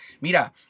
Mira